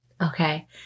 Okay